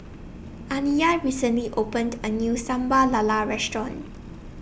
Aniyah recently opened A New Sambal Lala Restaurant